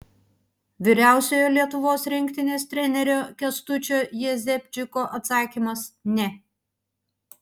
vyriausiojo lietuvos rinktinės trenerio kęstučio jezepčiko atsakymas ne